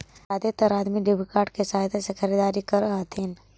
जादेतर अदमी debit card के सहायता से खरीदारी कर हथिन